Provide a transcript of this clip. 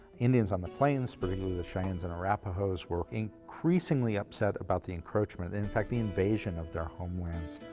indians on the plains, particularly the cheyennes and arapahos, were increasingly upset about the encroachment in fact, the invasion of their homelands.